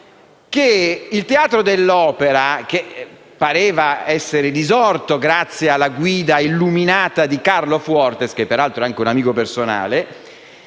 che il Teatro dell'Opera, che pareva essere risorto grazie alla guida illuminata di Carlo Fuortes (che peraltro è anche un amico personale),